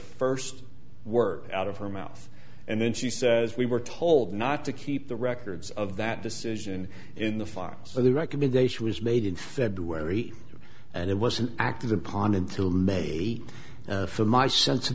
first work out of her mouth and then she says we were told not to keep the records of that decision in the files so the recommendation was made in february and it wasn't acted upon until may for my sense of